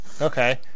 Okay